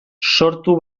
sortu